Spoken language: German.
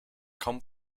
kaum